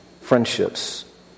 friendships